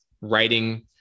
writing